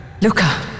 Luca